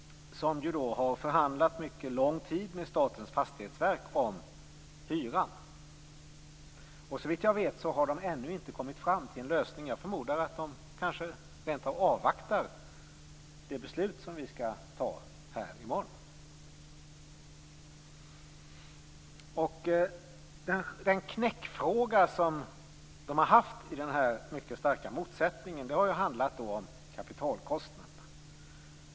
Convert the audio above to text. Man har förhandlat under en mycket lång tid med Statens fastighetsverk om hyran. Såvitt jag vet har de ännu inte kommit fram till en lösning. Jag förmodar att de rent av avvaktar det beslut riksdagen skall fatta i morgon. Knäckfrågan i denna mycket starka motsättning har handlat om kapitalkostnaderna.